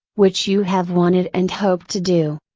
which you have wanted and hoped to do.